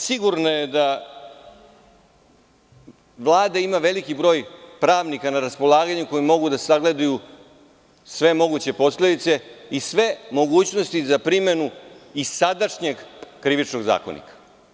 Sigurno je da Vlada ima veliki broj pravnika na raspolaganju koji mogu da sagledaju sve moguće posledice i sve mogućnosti za primenu i sadašnjeg Krivičnog zakonika.